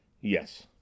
Yes